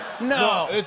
No